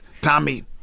Tommy